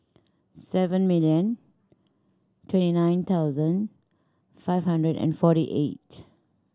seven million twenty nine thousand five hundred and forty eight